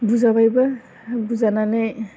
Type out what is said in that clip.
बुजाबायबो बुजानानै